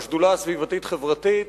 השדולה הסביבתית-החברתית